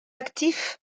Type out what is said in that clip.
actifs